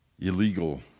illegal